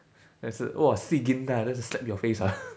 then I say !wah! see gin nah then I just slap your face ah